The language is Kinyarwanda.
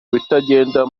bitagenda